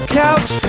couch